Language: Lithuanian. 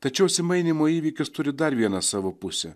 tačiau atsimainymo įvykis turi dar vieną savo pusę